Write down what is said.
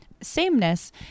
sameness